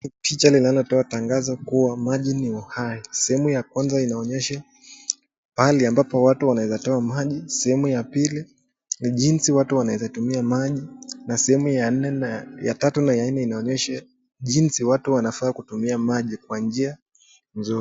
Picha linalotoa tangazo kuwa maji ni uhai, sehemu ya kwanza inaonyesha pahali ambapo watu wanaweza toa maji, sehemu ya pili ni jinsi watu wanaeza tumia maji na sehemu ya tatu na ya nne inaonyesha jinsi watu wanafaa kutumia maji kwa njia nzuri.